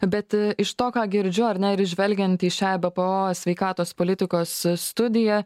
bet iš to ką girdžiu ar ne ir žvelgiant į šią ebpo sveikatos politikos studiją